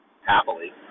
happily